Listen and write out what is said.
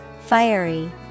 Fiery